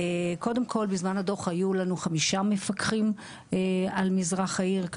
קודם כל בזמן הדו"ח היו לנו 5 מפקחים על מזרח העיר,